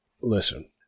listen